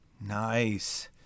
Nice